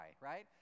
right